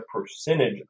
percentage